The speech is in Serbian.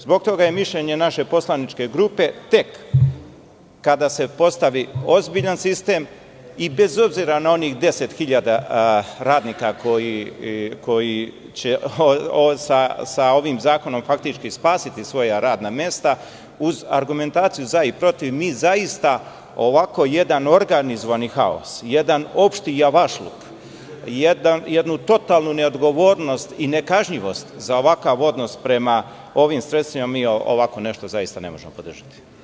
Zbog toga je mišljenje naše poslaničke grupe tek kada se postavi ozbiljan sistem i, bez obzira na onih 10.000 radnika koji će sa ovim zakonom faktički spasiti svoja radna mesta, uz argumentaciju za i protiv, mi zaista ovako jedan organizovani haos, jedan opšti javašluk, jednu totalnu neodgovornost i nekažnjivost za ovakav odnos prema ovim sredstvima, mi ovako nešto zaista ne možemo podržati.